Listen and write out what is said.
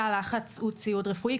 תא לחץ הוא ציוד רפואי.